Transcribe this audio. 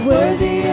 Worthy